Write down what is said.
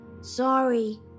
Sorry